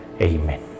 Amen